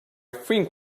think